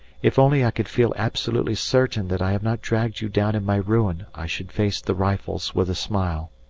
if only i could feel absolutely certain that i have not dragged you down in my ruin i should face the rifles with a smile.